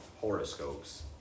horoscopes